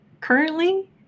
currently